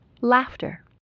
Laughter